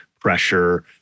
pressure